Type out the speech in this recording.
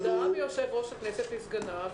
הודעה מיושב-ראש הכנסת וסגניו,